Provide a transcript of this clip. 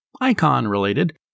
icon-related